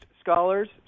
scholars